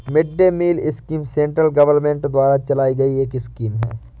mid day meal scheme central government द्वारा चलाई गई एक स्कीम है